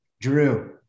Drew